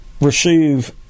receive